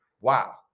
Wow